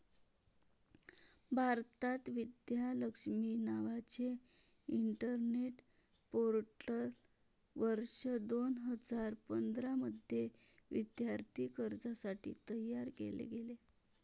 भारतात, विद्या लक्ष्मी नावाचे internet portal वर्ष दोन हजार पंधरा मध्ये विद्यार्थी कर्जासाठी तयार केले गेले